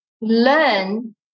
learn